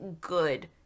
good